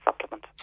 supplement